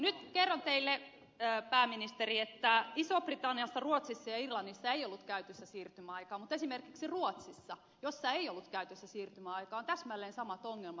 nyt kerron teille pääministeri että isossa britanniassa ruotsissa ja irlannissa ei ollut käytössä siirtymäaikaa mutta esimerkiksi ruotsissa jossa ei ollut käytössä siirtymäaikaa on täsmälleen samat ongelmat